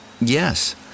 Yes